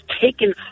taken